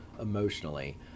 emotionally